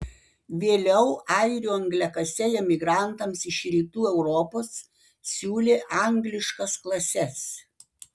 vėliau airių angliakasiai emigrantams iš rytų europos siūlė angliškas klases